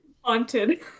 Haunted